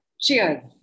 cheers